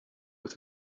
with